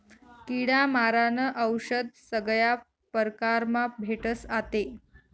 किडा मारानं औशद सगया परकारमा भेटस आते